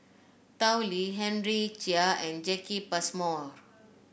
Tao Li Henry Chia and Jacki Passmore